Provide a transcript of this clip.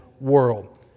world